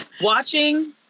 watching